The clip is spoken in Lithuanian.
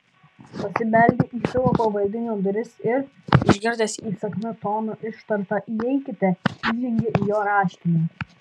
pasibeldė į savo pavaldinio duris ir išgirdęs įsakmiu tonu ištartą įeikite įžengė į jo raštinę